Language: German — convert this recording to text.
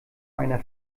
einer